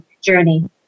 journey